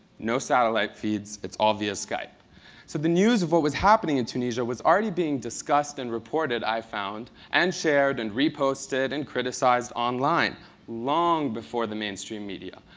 no satellite feeds. it's all via skype. so the news of what was happening in tunisia was already being discussed and reported, i found, and shared and reposted and criticized online long before the man stream media.